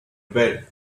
bed